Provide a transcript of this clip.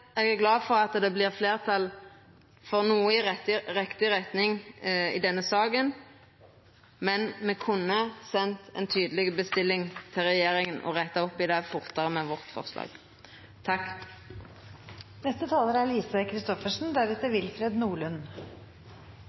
Eg er glad for at det vert fleirtal for noko i riktig retning i denne saka, men me kunne sendt ei tydeleg bestilling til regjeringa og retta opp i det fortare med forslaget vårt. Jeg vil henlede oppmerksomheten på et løst forslag,